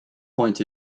point